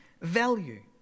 value